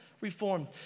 Reform